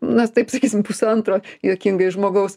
na taip sakysim pusantro juokingai žmogaus